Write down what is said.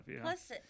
Plus